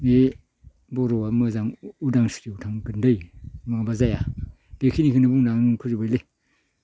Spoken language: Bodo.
बे बर'आ मोजां उदांस्रियाव थांगोनदै नङाब्ला जाया इखिनिखोनो बुंना आं फोजोबबाय लै